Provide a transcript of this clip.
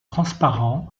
transparent